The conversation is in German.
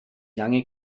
lange